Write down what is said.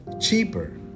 cheaper